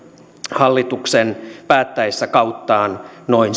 hallituksen päättäessä kauttaan noin